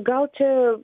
gal čia